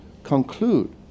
conclude